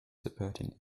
supporting